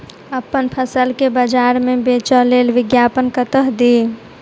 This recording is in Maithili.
अप्पन फसल केँ बजार मे बेच लेल विज्ञापन कतह दी?